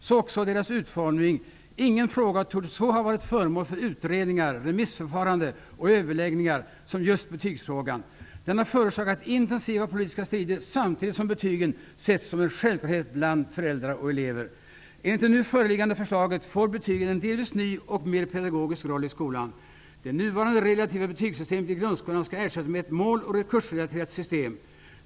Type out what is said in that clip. Så också deras utformning. Ingen fråga torde så ha varit föremål för utredningar, remissförfarande och överläggningar som just betygsfrågan. Den har förorsakat intensiva politiska strider, samtidigt som betygen setts som en självklarhet bland föräldrar och elever. Enligt det föreliggande förslaget får betygen en delvis ny och mer pedagogisk roll i skolan. Det nuvarande relativa betygssystemet i grundskolan skall ersättas med ett mål och kursrelaterat system.